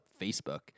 Facebook